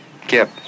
Kip